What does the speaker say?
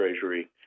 treasury